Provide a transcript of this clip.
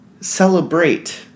celebrate